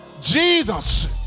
Jesus